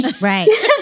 Right